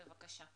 בבקשה.